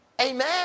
Amen